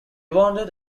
wandered